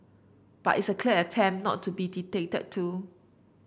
but it's a clear attempt not to be dictated to